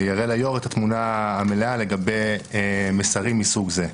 וזה יראה ליושב ראש את התמונה המלאה לגבי מסרים מסוג זה.